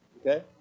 Okay